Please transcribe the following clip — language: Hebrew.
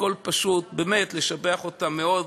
הכול פשוט, באמת, לשבח אותה מאוד.